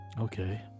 Okay